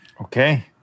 Okay